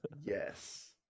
Yes